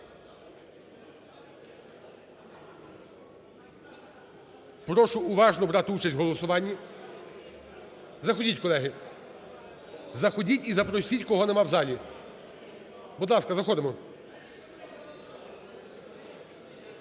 Прошу уважно брати участь у голосуванні. Заходіть, колеги. Заходіть і запросіть, кого немає у залі. Будь ласка, заходимо.